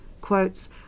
quotes